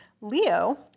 Leo